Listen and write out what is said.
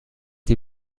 die